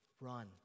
run